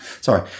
Sorry